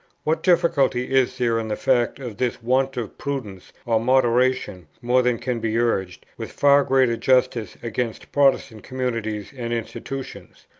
what difficulty is there in the fact of this want of prudence or moderation more than can be urged, with far greater justice, against protestant communities and institutions?